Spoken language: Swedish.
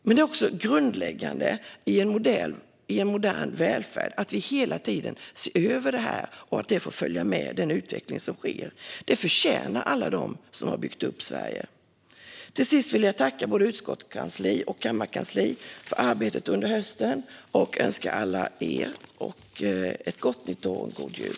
Men det är grundläggande att vi i en modern välfärd hela tiden ser över detta och att det får följa den utveckling som sker. Detta förtjänar alla de som har byggt upp Sverige. Till sist vill jag tacka både utskottskansliet och kammarkansliet för arbetet under hösten och önska er alla ett gott nytt år och en god jul.